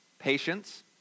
Patience